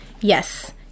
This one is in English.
Yes